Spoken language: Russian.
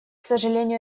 сожалению